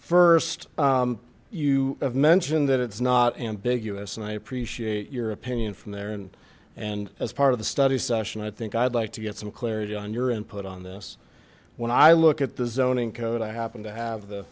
have mentioned that it's not ambiguous and i appreciate your opinion from there and and as part of the study session i think i'd like to get some clarity on your input on this when i look at the zoning code i happen to have the